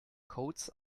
codes